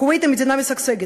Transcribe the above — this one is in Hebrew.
כוויית היא מדינה משגשגת,